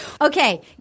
Okay